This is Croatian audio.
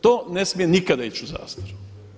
To ne smije nikada ići u zastaru.